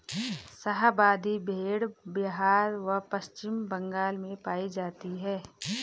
शाहाबादी भेड़ बिहार व पश्चिम बंगाल में पाई जाती हैं